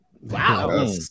Wow